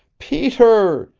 peter,